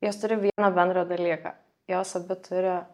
jos turi vieną bendrą dalyką jos abi turi